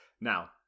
Now